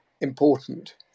important